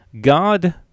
God